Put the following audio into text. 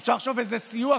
ואפשר לחשוב איזה סיוע,